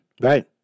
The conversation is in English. Right